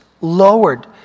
lowered